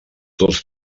dos